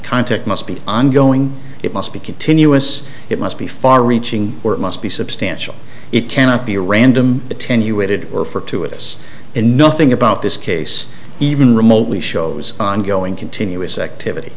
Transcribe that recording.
context must be ongoing it must be continuous it must be far reaching or it must be substantial it cannot be random attenuated refer to it as and nothing about this case even remotely shows ongoing continuous activity